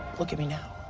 look at me now,